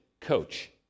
coach